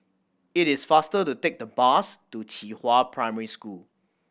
it is faster to take the bus to Qihua Primary School